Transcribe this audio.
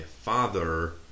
father